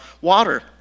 water